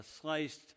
sliced